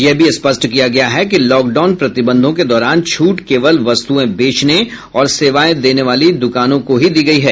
यह भी स्पष्ट किया गया है कि लॉकडाउन प्रतिबंधों के दौरान छूट केवल वस्तुएं बेचने और सेवाएं देने वाली दुकानों को ही दी गई है